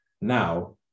Now